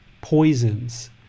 poisons